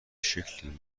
شکلی